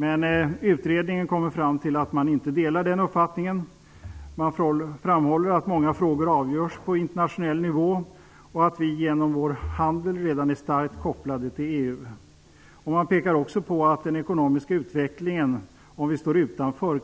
Men utredningen kommer fram till att man inte delar den uppfattningen. Man framhåller att många frågor avgörs på internationell nivå och att vi genom vår handel redan är starkt kopplade till EU. Man pekar också på att den ekonomiska utvecklingen kan bli svag om vi står utanför.